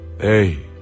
Hey